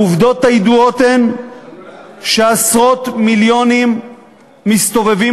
העובדות הידועות הן שעשרות מיליונים מסתובבים